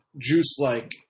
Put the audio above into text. juice-like